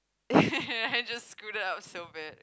I just screwed up so bad